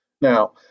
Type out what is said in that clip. Now